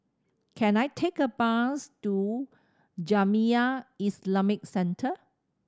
can I take a bus to Jamiyah Islamic Centre